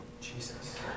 Jesus